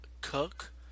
Cook